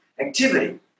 activity